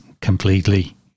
completely